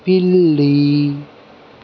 పిల్లీ